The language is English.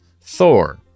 Thor